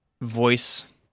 voice